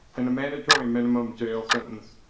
and mandatory minimum jail sentence